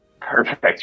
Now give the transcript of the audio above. Perfect